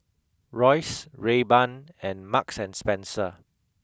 Royce Rayban and Marks and Spencer